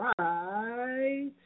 right